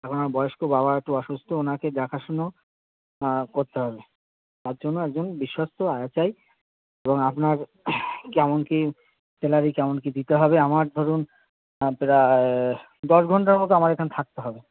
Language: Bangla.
এখন আমার বয়স্ক বাবা তো অসুস্থ ওনাকে দেখাশুনো করতে হবে তার জন্য একজন বিশ্বস্ত আয়া চাই এবং আপনার কেমন কী স্যালারি কেমন কী দিতে হবে আমার ধরুন প্রায় দশ ঘন্টার মতো আমার এখানে থাকতে হবে